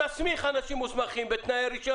תסמיך אנשים מוסמכים בתנאי הרישיון